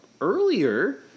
earlier